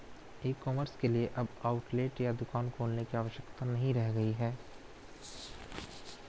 ई commerce के लिए अब आउटलेट या दुकान खोलने की आवश्यकता नहीं रह गई है